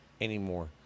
anymore